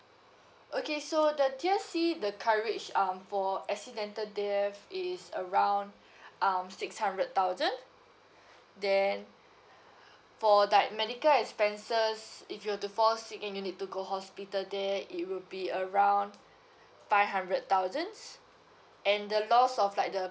okay so the tier C the coverage um for accidental death is around um six hundred thousand then for like medical expenses if you're to fall sick and you need to go hospital there it will be around five hundred thousands and the lost of like the